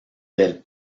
del